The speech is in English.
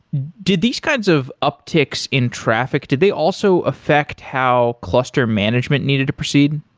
did these kinds of upticks in traffic, did they also affect how cluster management needed to proceed?